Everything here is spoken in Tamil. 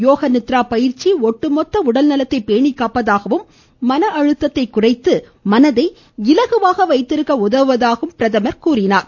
யோக நித்ரா பயிற்சி ஒட்டுமொத்த உடல்நலத்தை பேணி காப்பதாகவும் மன அழுத்தத்தை குறைத்து மனதை இலகுவாக வைத்திருக்க உதவுவதாகவும் எடுத்துரைத்தார்